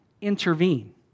intervene